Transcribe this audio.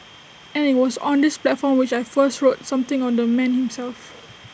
and IT was on this platform which I first wrote something on the man himself